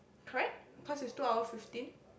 correct cause it's two hour fifteen